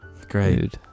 Great